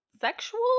sexual